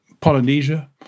Polynesia